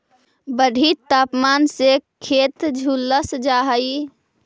बढ़ित तापमान से खेत झुलस जा हई